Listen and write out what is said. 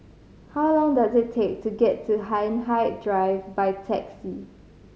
how long does it take to get to Hindhede Drive by taxi